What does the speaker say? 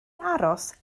aros